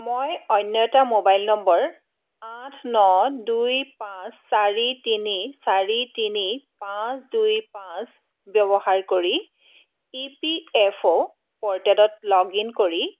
মই অন্য এটা মোবাইল নম্বৰ আঠ ন দুই পাঁচ চাৰি তিনি চাৰি তিনি পাঁচ দুই পাঁচ ব্যৱহাৰ কৰি ই পি এফ অ' পৰ্টেলত লগ ইন কৰি